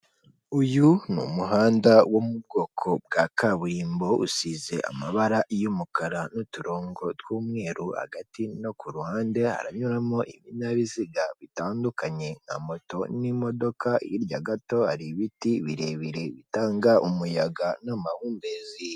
Uyu ni umuhanda wo mu bwoko bwa kaburimbo, usize amabara y'umukara n'uturongo tw'umweru hagati no ku ruhande, haranyuramo ibinyabiziga bitandukanye, nka moto n'imodoka, hirya gato hari ibiti birebire bitanga umuyaga n'amahumbezi.